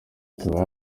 ikaba